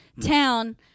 town